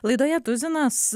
laidoje tuzinas